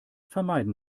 vermeiden